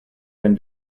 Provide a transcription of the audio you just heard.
been